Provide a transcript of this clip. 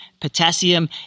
potassium